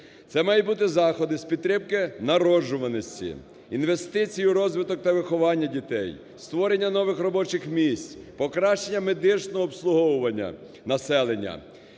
Це мають бути заходи з підтримки народжуваності, інвестиції в розвиток та виховання дітей, створення нових робочих місць, покращення медичного обслуговування населення.